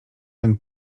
ten